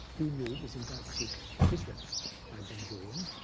u nu was invited to israel by ben gurion,